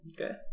Okay